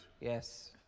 Yes